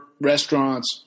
restaurants